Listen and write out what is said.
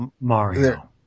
Mario